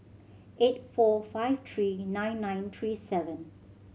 eight four five three nine nine three seven